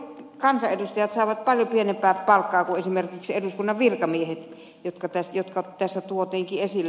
kansanedustajat saavat paljon pienempää palkkaa kuin esimerkiksi eduskunnan virkamiehet jotka tässä tuotiinkin esille